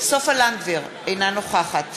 סופה לנדבר, אינה נוכחת